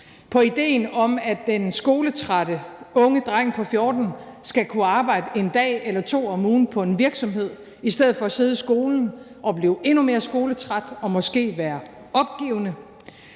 på idéen om, at den skoletrætte unge dreng på 14 år skal kunne arbejde en dag eller to om ugen på en virksomhed i stedet for at sidde i skolen og blive endnu mere skoletræt og måske være opgivende.